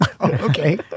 Okay